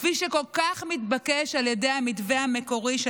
כפי שכל כך מתבקש על ידי המתווה המקורי של